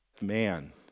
man